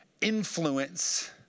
influence